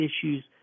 issues